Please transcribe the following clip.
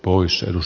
oys r us